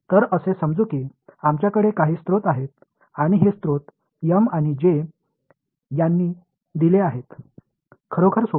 तर असे समजू की आमच्याकडे काही स्रोत आहेत आणि हे स्रोत एम आणि जे यांनी दिले आहेत खरोखर सोपे